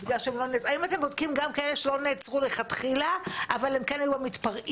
האם אתם בודקים גם את אלה שלא נעצרו מלכתחילה אבל כן התפרעו?